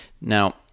Now